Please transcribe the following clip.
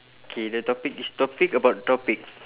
K the topic is topic about topic